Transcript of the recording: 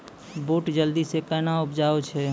बूट जल्दी से कहना उपजाऊ छ?